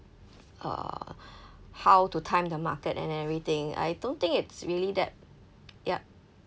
uh how to time the market and everything I don't think it's really that yup